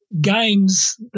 games